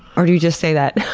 or do you just say that?